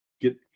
get